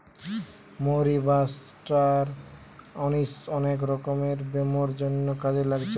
মৌরি বা star anise অনেক রকমের ব্যামোর জন্যে কাজে লাগছে